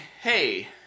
hey